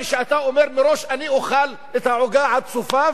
כשאתה אומר מראש: אני אוכל את העוגה עד סופה,